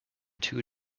two